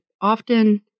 often